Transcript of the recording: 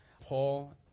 Paul